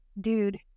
dude